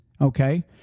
Okay